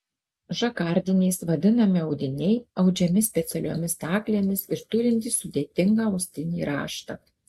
žakardiniais vadinami audiniai audžiami specialiomis staklėmis ir turintys sudėtingą austinį raštą